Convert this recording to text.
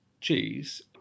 cheese